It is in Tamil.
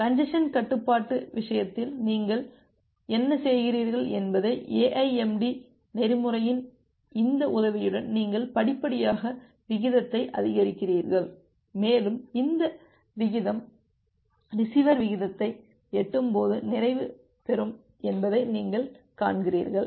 கஞ்ஜசன் கட்டுப்பாட்டு விஷயத்தில் நீங்கள் என்ன செய்கிறீர்கள் என்பதை AIMD நெறிமுறையின் இந்த உதவியுடன் நீங்கள் படிப்படியாக விகிதத்தை அதிகரிக்கிறீர்கள் மேலும் இந்த விகிதம் ரிசீவர் வீதத்தை எட்டும்போது நிறைவு பெறும் என்பதை நீங்கள் காண்கிறீர்கள்